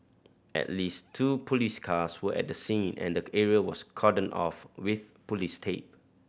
at least two police cars were at the scene and the area was cordoned off with police tape